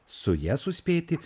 su ja suspėti